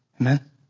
Amen